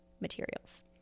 materials